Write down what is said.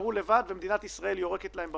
מדינת ישראל יורקת להם בפרצוף.